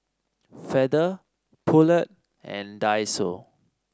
Feather Poulet and Daiso